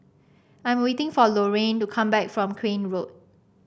I'm waiting for Lorrayne to come back from Crane Road